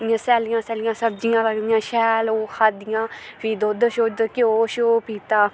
इ'यां सैल्लियां सैल्लियां सब्जियां लगदियां शैल ओह् खाद्धियां फ्ही दुद्ध शुद घ्यो श्यो पीता